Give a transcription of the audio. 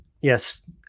Yes